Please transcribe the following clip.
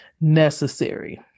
necessary